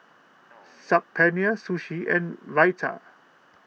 Saag Paneer Sushi and Raita